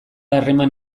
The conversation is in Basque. harreman